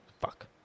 Fuck